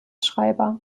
schreiber